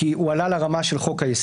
כי הוא עלה לרמה של חוק-היסוד,